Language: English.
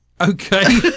Okay